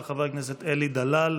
של חבר הכנסת אלי דלל,